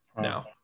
now